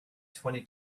twenty